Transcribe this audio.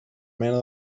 mena